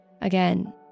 Again